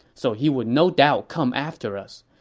so he would no doubt come after us.